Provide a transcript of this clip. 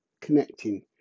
connecting